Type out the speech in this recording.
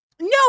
No